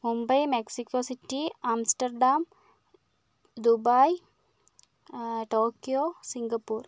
Mumbai Mexico city Amsterdam Dubai Tokyo Singapore